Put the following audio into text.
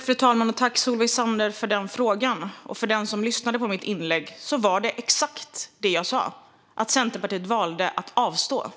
Fru talman! Tack, Solveig Zander, för frågan! Den som lyssnade på mitt inlägg hörde att det var exakt detta jag sa: att Centerpartiet valde att avstå.